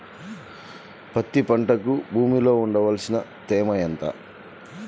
పత్తి పంటకు భూమిలో ఉండవలసిన తేమ ఎంత?